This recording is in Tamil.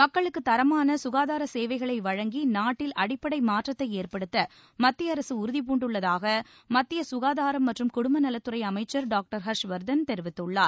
மக்களுக்கு தரமான சுகாதார சேவைகளை வழங்கி நாட்டில் அடிப்படை மாற்றத்தை ஏற்படுத்த மத்திய அரசு உறுதிபூண்டுள்ளதாக மத்திய சுகாதாரம் மற்றும் குடும்பநலத்துறை அமைச்சர் டாக்டர் ஹர்ஷ்வர்தன் தெரிவித்துள்ளார்